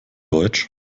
deutsch